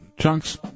chunks